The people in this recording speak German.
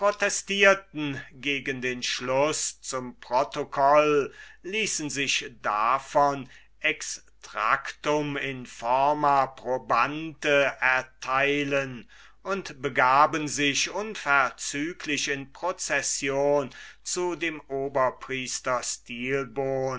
protestierten gegen den schluß ad protocollum ließen sich davon extractum in forma probante erteilen und begaben sich unverzüglich in procession zu dem